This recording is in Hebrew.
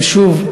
ושוב,